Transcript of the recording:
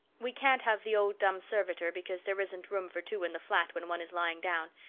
we can't have the old dumb servitor because there isn't room for two in the flat when one is lying down.